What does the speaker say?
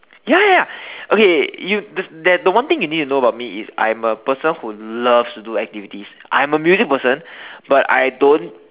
ya ya okay you the there the one thing you need to know about me is I'm the person who loves to do activities I'm a music person but I don't